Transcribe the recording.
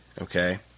Okay